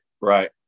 right